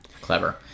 clever